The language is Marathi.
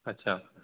अच्छा